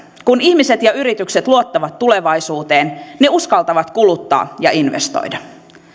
kun ihmiset ja yritykset luottavat tulevaisuuteen ne uskaltavat kuluttaa ja investoida